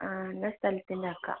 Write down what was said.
ആ എന്നാൽ സ്ഥലത്തിൻ്റെ ആക്കാം